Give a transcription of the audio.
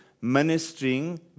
ministering